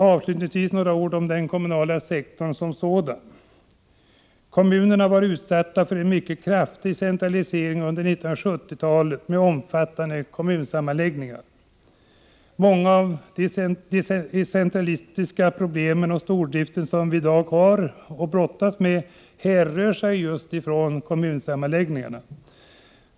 Avslutningsvis några ord om den kommunala sektorn. Kommunerna har varit utsatta för en mycket kraftig centralisering under 1970-talet med omfattande kommunsammanläggningar. Många av de centralistiska problem och stordriftsproblem som vi i dag brottas med härrör just från kommunsammanläggningarna.